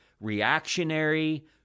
reactionary